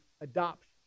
adoption